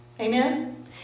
Amen